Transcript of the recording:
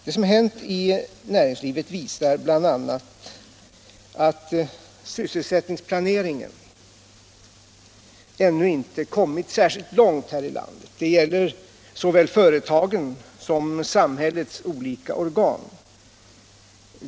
Det som har hänt i näringslivet visar bl.a. att sysselsättningsplaneringen ännu inte har kommit särskilt långt här i landet. Det gäller såväl företagen som samhällets olika organ.